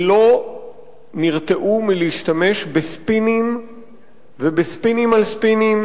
שלא נרתעו מלהשתמש בספינים ובספינים על ספינים